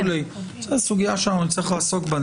זו סוגיה שנצטרך לעסוק בה.